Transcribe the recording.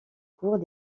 cours